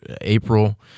April